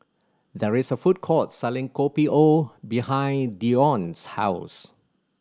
there is a food court selling Kopi O behind Dione's house